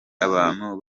abantu